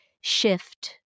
shift